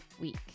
week